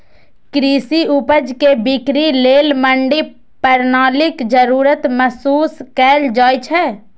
कृषि उपज के बिक्री लेल मंडी प्रणालीक जरूरत महसूस कैल जाइ छै